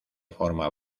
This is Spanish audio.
forma